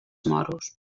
moros